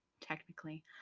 technically